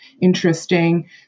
interesting